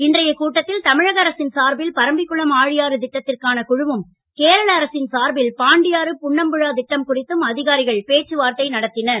இன்றைய கூட்டத்தில் தமிழக அரசின் சார்பில் பரம்பிக்குளம் ஆழியாறு திட்டத்திற்கான குழுவும் கேரள அரசின் சார்பில் பாண்டியாறு புன்னம்புழா திட்டம் குறித்தும் அதிகாரிகள் பேச்சுவார்த்தை நடத்தினர்